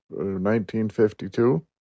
1952